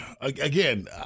Again